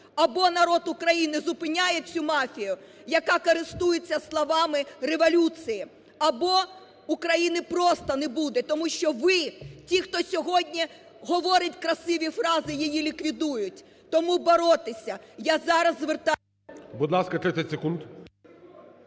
Або народ України зупиняє цю мафію, яка користується словами революції, або України просто не буде! Тому що ви, ті, хто сьогодні говорить красиві фрази, її ліквідують. Тому боротися! Я зараз звертаюсь… ГОЛОВУЮЧИЙ. Будь ласка, 30 секунд.